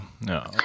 no